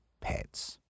Pets